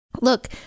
Look